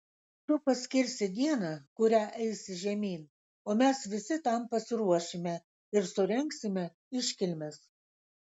tu paskirsi dieną kurią eisi žemyn o mes visi tam pasiruošime ir surengsime iškilmes